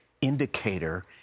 indicator